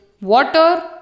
water